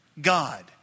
God